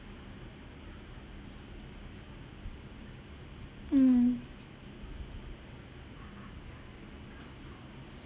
mm